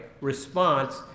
response